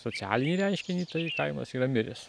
socialinį reiškinį tai kaimas yra miręs